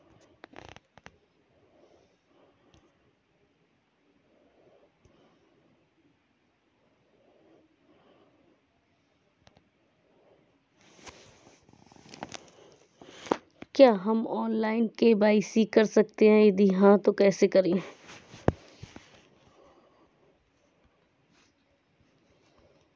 क्या हम online KYC कर सकते हैं यदि हाँ तो कैसे?